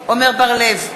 עמר בר-לב,